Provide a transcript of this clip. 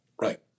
Right